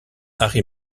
harry